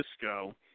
Cisco